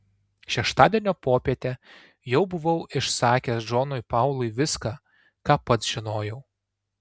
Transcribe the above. šeštadienio popietę jau buvau išsakęs džonui paului viską ką pats žinojau